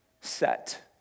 set